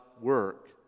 work